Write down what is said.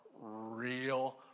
real